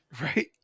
Right